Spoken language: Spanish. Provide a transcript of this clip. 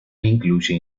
incluye